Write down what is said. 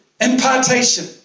impartation